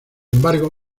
embargo